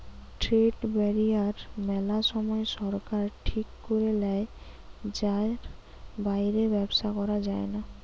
trade barrier মেলা সময় সরকার ঠিক করে লেয় যার বাইরে ব্যবসা করা যায়না